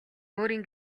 өөрийн